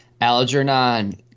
Algernon